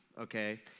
Okay